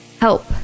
help